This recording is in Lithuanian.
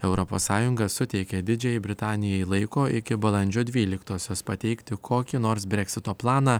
europos sąjunga suteikia didžiajai britanijai laiko iki balandžio dvyliktosios pateikti kokį nors breksito planą